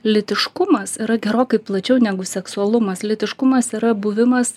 lytiškumas yra gerokai plačiau negu seksualumas lytiškumas yra buvimas